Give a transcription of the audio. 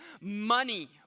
money